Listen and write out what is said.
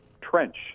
trench